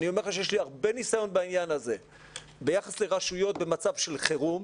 אני אומר לך שיש לי הרבה ניסיון בעניין הזה ביחס לרשויות במצב של חירום,